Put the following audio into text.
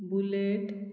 bullet